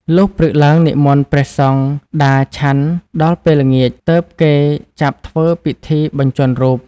លុះព្រឹកឡើងនិមន្តព្រះសង្ឃដារ ឆាន់ ដល់ពេលល្ងាច ទើបគេចាប់ធ្វើពិធីបញ្ជាន់រូប ។